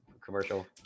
commercial